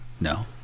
No